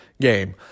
game